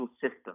system